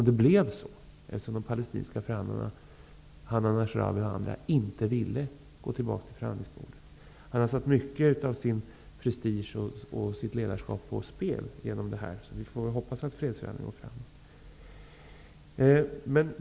De palestinska förhandlarna, Hannan Asrawi m.fl., ville inte gå tillbaka till förhandlingsbordet. Arafat har satt mycket av sin prestige och sitt ledarskap på spel genom det här, så vi får väl hoppas att fredsförhandlingarna går framåt.